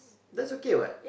that's okay what